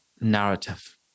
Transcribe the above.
narrative